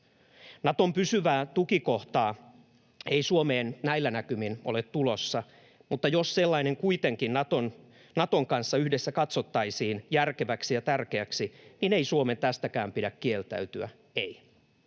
Naton pysyvää tukikohtaa ei ole tulossa Suomeen näillä näkymin, mutta jos sellainen kuitenkin Naton kanssa yhdessä katsottaisiin järkeväksi ja tärkeäksi, niin ei Suomen tästäkään pidä kieltäytyä, ei.